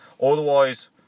Otherwise